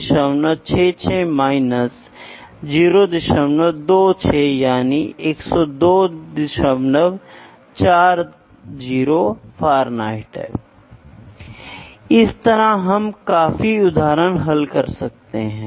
बदले में वोल्टेज को एक जोड़ी तारों के माध्यम से वोल्टमीटर पर लागू किया जाता है दूसरा अनुवाद तब वोल्टेज का लेंथ में होता है तीसरा अनुवाद लेंथ चेंज पर्यवेक्षक के मस्तिष्क में प्रेषित होता है